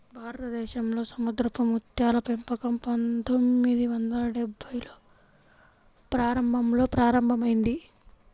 భారతదేశంలో సముద్రపు ముత్యాల పెంపకం పందొమ్మిది వందల డెభ్భైల్లో ప్రారంభంలో ప్రారంభమైంది